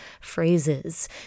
phrases